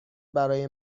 برای